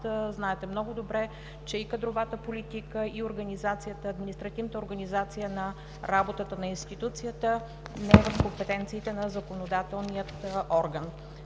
Знаете много добре, че и кадровата политика, и административната организация на работата на институцията не е от компетенциите на законодателния орган,